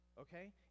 okay